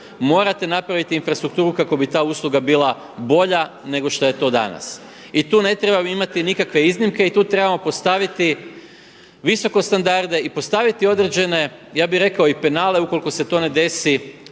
morate napraviti infrastrukturu kako bi ta usluga bila bolja nego što je to danas. I tu ne trebamo imati nikakve iznimke i tu trebamo postaviti visoko standarde, i postaviti određene ja bih rekao i penale ukoliko se to ne desi